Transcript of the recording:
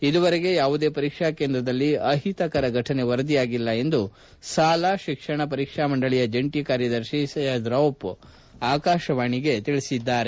ಇದುವರೆಗೆ ಯಾವುದೇ ಪರೀಕ್ಷಾ ಕೇಂದ್ರದಲ್ಲಿ ಅಹಿತಕರ ಘಟನೆ ವರದಿಯಾಗಿಲ್ಲ ಎಂದು ಶಾಲಾ ಶಿಕ್ಷಣ ಪರೀಕ್ಷಾ ಮಂಡಳಿಯ ಜಂಟಿ ಕಾರ್ಯದರ್ಶಿ ಸೈಯದ್ ರೌಫ್ ಆಕಾಶವಾಣಿಗೆ ತಿಳಿಸಿದ್ದಾರೆ